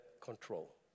control